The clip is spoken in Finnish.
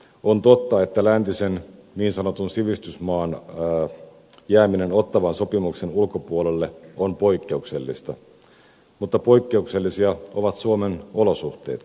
on totta että läntisen niin sanotun sivistysmaan jääminen ottawan sopimuksen ulkopuolelle on poikkeuksellista mutta poikkeuksellisia ovat suomen olosuhteetkin